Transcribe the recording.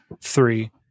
three